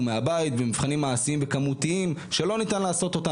מהבית ומבחנים מעשיים וכמותיים שלא ניתן לעשות אותם